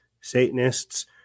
Satanists